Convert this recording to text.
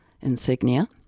insignia